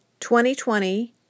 2020